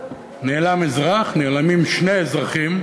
נעלם אזרח, נעלמים שני אזרחים,